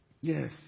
yes